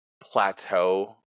plateau